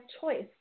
choice